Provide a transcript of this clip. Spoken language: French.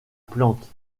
plante